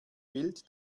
wild